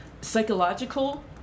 psychological